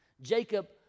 Jacob